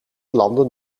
landen